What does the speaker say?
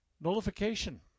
nullification